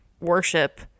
worship